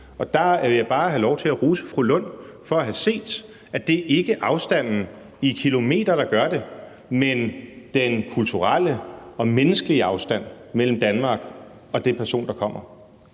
Og der vil jeg bare have lov til at rose fru Rosa Lund for at have set, at det ikke er afstanden i kilometer, der gør det, men den kulturelle og menneskelige afstand mellem Danmark og den person, der kommer.